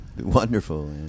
wonderful